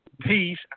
Peace